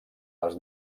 les